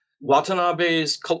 Watanabe's